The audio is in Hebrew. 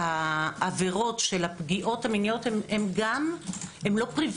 העבירות של הפגיעות המיניות הן לא דפוסי